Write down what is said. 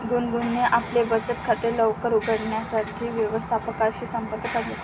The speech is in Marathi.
गुनगुनने आपले बचत खाते लवकर उघडण्यासाठी व्यवस्थापकाशी संपर्क साधला